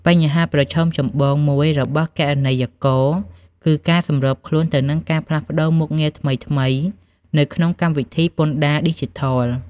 បញ្ហាប្រឈមចម្បងមួយរបស់គណនេយ្យករគឺការសម្របខ្លួនទៅនឹងការផ្លាស់ប្តូរមុខងារថ្មីៗនៅក្នុងកម្មវិធីពន្ធដារឌីជីថល។